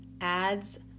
adds